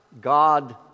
God